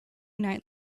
night